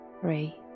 three